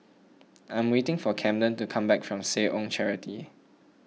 I am waiting for Camden to come back from Seh Ong Charity